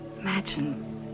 Imagine